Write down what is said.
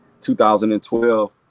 2012